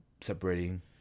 separating